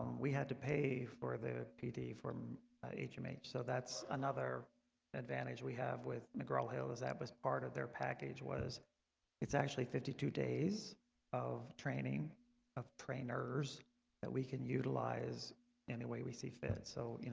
we had to pay for the pd from hmh so that's another advantage we have with mcgraw hill is that was part of their package was it's actually fifty two days of training of trainers that we can utilize any way we see fit. so, you know,